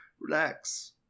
relax